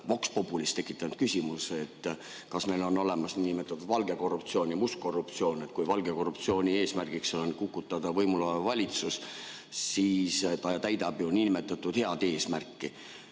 populi's tekitanud küsimuse, et kas meil on olemas nn valge korruptsioon ja must korruptsioon. Kui valge korruptsiooni eesmärgiks on kukutada võimul olev valitsus, siis ta täidab ju nn head eesmärki.